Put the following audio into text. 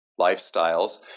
lifestyles